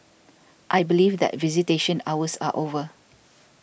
I believe that visitation hours are over